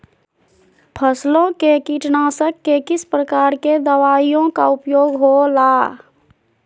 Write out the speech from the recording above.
फसलों के कीटनाशक के किस प्रकार के दवाइयों का उपयोग हो ला?